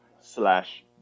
slash